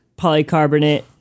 polycarbonate